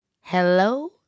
Hello